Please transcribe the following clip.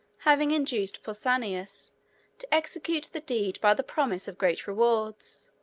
having induced pausanias to execute the deed by the promise of great rewards.